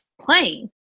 playing